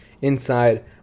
inside